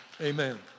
Amen